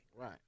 Right